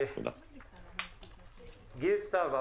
גיל סתיו.